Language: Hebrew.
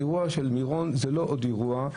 אירוע מירון הוא לא עוד אירוע,